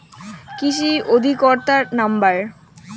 কৃষি অধিকর্তার নাম্বার?